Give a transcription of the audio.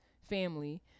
family